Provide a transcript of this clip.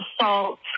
assault